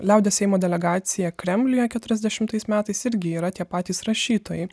liaudies seimo delegacija kremliuje keturiasdešimtais metais irgi yra tie patys rašytojai